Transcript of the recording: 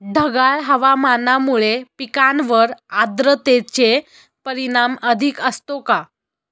ढगाळ हवामानामुळे पिकांवर आर्द्रतेचे परिणाम अधिक असतो का?